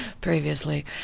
previously